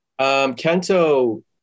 Kento